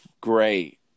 Great